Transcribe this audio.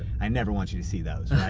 i never want you to see those.